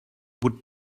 would